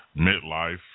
midlife